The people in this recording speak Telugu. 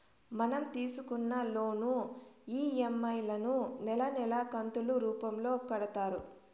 మనం తీసుకున్న లోను ఈ.ఎం.ఐ లను నెలా నెలా కంతులు రూపంలో కడతారు